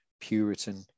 Puritan